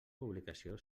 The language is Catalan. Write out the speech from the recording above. publicació